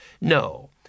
No